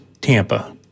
Tampa